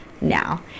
now